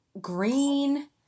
green